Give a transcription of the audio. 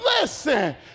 Listen